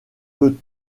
veux